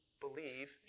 believe